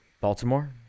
Baltimore